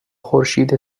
خورشید